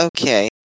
Okay